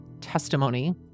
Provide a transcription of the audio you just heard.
testimony